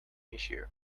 issue